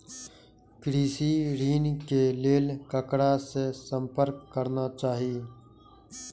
कृषि ऋण के लेल ककरा से संपर्क करना चाही?